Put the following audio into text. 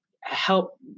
help